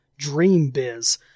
dreambiz